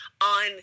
on